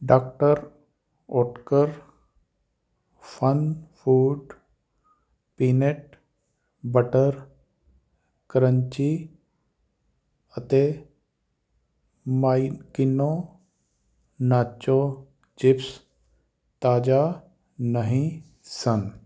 ਡਾ Oetker FunFoods peanut butter crunchy ਅਤੇ Makino nachos chips ਤਾਜ਼ਾ ਨਹੀਂ ਸਨ